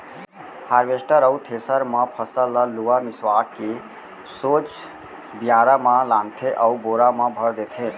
harvester अउ thresher म फसल ल लुवा मिसवा के सोझ बियारा म लानथे अउ बोरा म भर देथे